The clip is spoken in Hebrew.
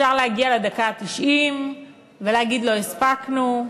אפשר להגיע לדקה התשעים ולהגיד "לא הספקנו",